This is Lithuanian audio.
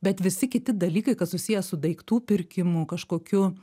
bet visi kiti dalykai kas susiję su daiktų pirkimu kažkokiu